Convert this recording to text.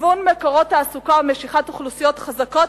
גיוון מקורות תעסוקה ומשיכת אוכלוסיות חזקות